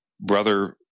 brother